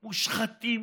מושחתים,